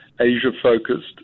Asia-focused